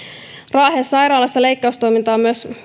raahen sairaalassa leikkaustoiminta on myös